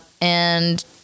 And-